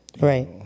right